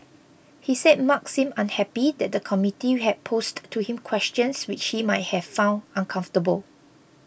he said Mark seemed unhappy that the committee had posed to him questions which he might have found uncomfortable